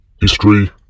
history